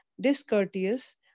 discourteous